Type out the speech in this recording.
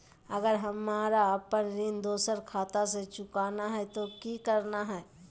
अगर हमरा अपन ऋण दोसर खाता से चुकाना है तो कि करना है?